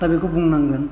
दा बेखौ बुंनांगोन